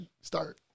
start